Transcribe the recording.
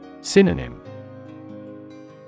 Synonym